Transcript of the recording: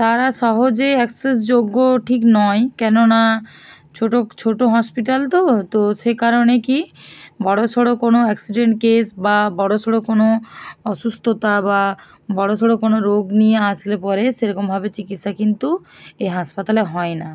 তারা সহজেই অ্যাক্সেসযোগ্য ঠিক নয় কেননা ছোটো ছোটো হসপিটাল তো তো সে কারণে কি বড়ো সড়ো কোনো অ্যাক্সিডেন্ট কেস বা বড়ো সড়ো কোনো অসুস্থতা বা বড়ো সড়ো কোনো রোগ নিয়ে আসলে পরে সেরকমভাবে চিকিৎসা কিন্তু এই হাসপাতালে হয় না